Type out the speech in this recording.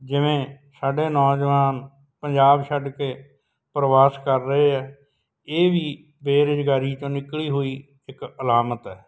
ਜਿਵੇਂ ਸਾਡੇ ਨੌਜਵਾਨ ਪੰਜਾਬ ਛੱਡ ਕੇ ਪ੍ਰਵਾਸ ਕਰ ਰਹੇ ਹੈ ਇਹ ਵੀ ਬੇਰੁਜ਼ਗਾਰੀ 'ਚੋਂ ਨਿਕਲੀ ਹੋਈ ਇੱਕ ਅਲਾਮਤ ਹੈ